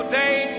day